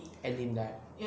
and he die ah